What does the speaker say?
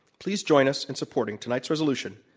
please join us in supporting tonight's resolution,